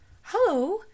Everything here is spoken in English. Hello